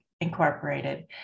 Incorporated